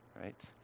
right